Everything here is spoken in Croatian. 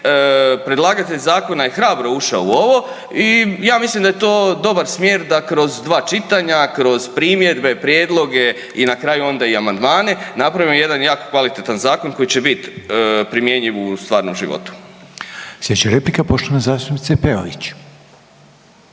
predlagatelj zakona je hrabro ušao u ovo i ja mislim da je to dobar smjer da kroz 2 čitanja, kroz primjedbe, prijedloge, i na kraju onda i amandmane napravimo jedan jako kvalitetan zakon koji će biti primjenjiv u stvarnom životu. **Reiner, Željko (HDZ)** Sljedeća